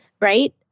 Right